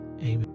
Amen